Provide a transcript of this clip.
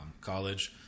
college